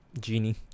Genie